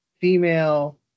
female